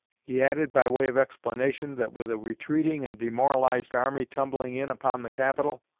he added, by way of explanation, that, with a retreating and demoralized army tumbling in upon the capital,